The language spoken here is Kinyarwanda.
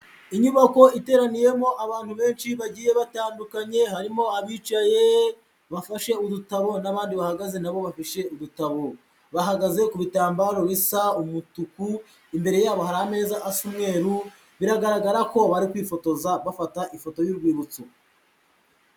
Inyubako iteraniyemo abantu benshi bagiye batandukanye, harimo abicaye bafashe udutabo n'abandi bahagaze nabo bafashe udutabo, bahagaze ku bitambaro bisa umutuku, imbere yabo hari ameza asa umweru, biragaragara ko bari kwifotoza bafata ifoto y'urwibutso.